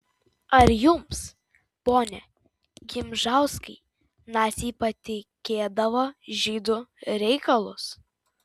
ar jums pone gimžauskai naciai patikėdavo žydų reikalus